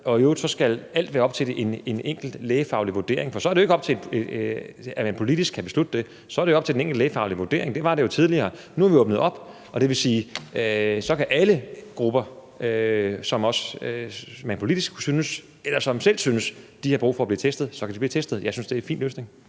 i øvrigt skal være ud fra en lægefaglig vurdering, for så er det ikke jo ud fra et spørgsmål om, at man politisk kan beslutte det. Så er det ud fra den enkelte lægefaglige vurdering, og det var det jo tidligere. Nu har vi åbnet op, og det vil sige, at alle grupper, som man også politisk kunne synes eller som man selv synes har brug for at blive testet, kan blive testet. Jeg synes, det er en fin løsning.